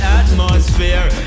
atmosphere